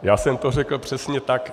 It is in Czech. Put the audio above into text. Já jsem to řekl přesně tak.